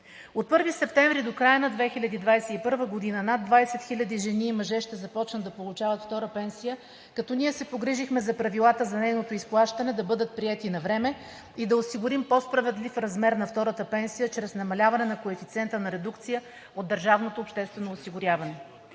От 1 септември до края на 2021 г. над 20 хиляди жени и мъже ще започнат да получават втора пенсия, като ние се погрижихме правилата за нейното изплащане да бъдат приети навреме и да осигурим по-справедлив размер на втората пенсия чрез намаляване на коефициента на редукция от държавното обществено осигуряване.